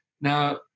Now